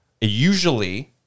usually